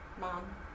Mom